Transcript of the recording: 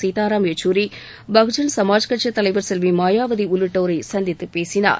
சீதாராம் யெச்சூரி பகுஜன் சமாஜ் கட்சித் தலைவர் செல்விமாயாவதி உள்ளிட்டோரை சந்தித்துப் பேசினார்